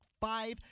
five